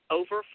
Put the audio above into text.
over